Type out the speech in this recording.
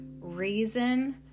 Reason